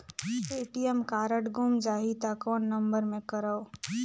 ATM card गुम जाही त कौन नम्बर मे करव?